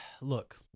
Look